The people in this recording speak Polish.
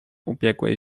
ubiegłej